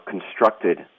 constructed